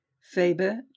Faber